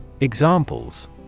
Examples